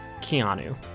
Keanu